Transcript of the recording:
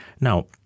Now